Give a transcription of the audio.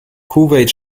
kuwait